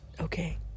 Okay